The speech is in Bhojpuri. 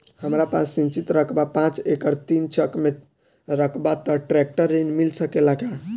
हमरा पास सिंचित रकबा पांच एकड़ तीन चक में रकबा बा त ट्रेक्टर ऋण मिल सकेला का?